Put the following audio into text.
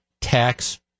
tax